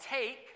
take